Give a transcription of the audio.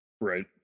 Right